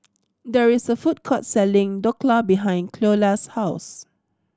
there is a food court selling Dhokla behind Cleola's house